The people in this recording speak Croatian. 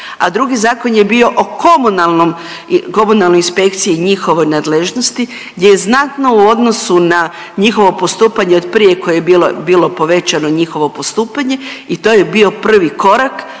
a drugi zakon je bio o komunalnom, komunalnoj inspekciji i njihovoj nadležnosti gdje je znatno u odnosu na njihovo postupanje od prije koje je bilo, bilo povećano njihovo postupanje i to je bio prvi korak